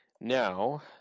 Now